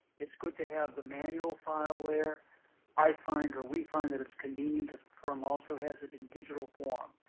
its good to have the manual file where i find, or we find that its convenient, that the firm also has it in digital form.